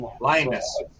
Linus